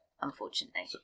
unfortunately